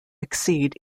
exceed